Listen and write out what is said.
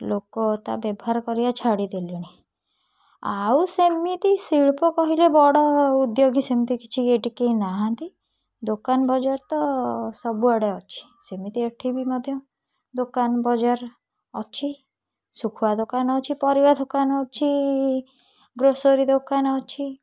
ଲୋକ ତା ବ୍ୟବହାର କରିବା ଛାଡ଼ିଦେଲେଣି ଆଉ ସେମିତି ଶିଳ୍ପ କହିଲେ ବଡ଼ ଉଦ୍ୟୋଗୀ ସେମିତି କିଛି ଏଇଠି କେହି ନାହାନ୍ତି ଦୋକାନ ବଜାର ତ ସବୁଆଡ଼େ ଅଛି ସେମିତି ଏଇଠି ବି ମଧ୍ୟ ଦୋକାନ ବଜାର ଅଛି ଶୁଖୁଆ ଦୋକାନ ଅଛି ପରିବା ଦୋକାନ ଅଛି ଗ୍ରୋସରୀ ଦୋକାନ ଅଛି